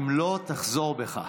אם לא, תחזור בך.